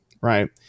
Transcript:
right